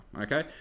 Okay